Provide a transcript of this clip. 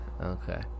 Okay